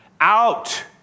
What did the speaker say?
out